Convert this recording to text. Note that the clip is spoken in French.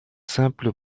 simple